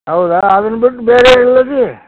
ಹೌದಾ ಅದನ್ನು ಬುಟ್ಟು ಬೇರೆ ಎಲ್ಲದೀ